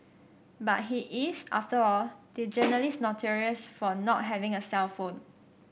but he is after all the journalist notorious for not having a cellphone